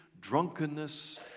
drunkenness